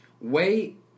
Wait